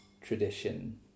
tradition